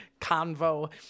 convo